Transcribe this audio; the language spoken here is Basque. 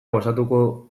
gozatuko